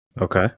Okay